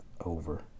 over